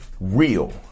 real